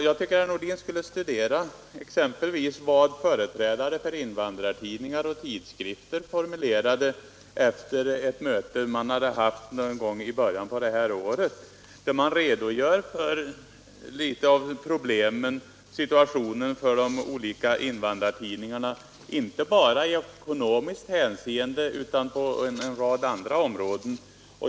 Jag tycker herr Nordin skulle studera vad exempelvis företrädare för invandrartidningar och tidskrifter formulerade efter ett möte i början av detta år. Där redogör man för de olika invandrartidningarnas problem, inte bara i ekonomiskt hänseende utan också på en rad andra områden.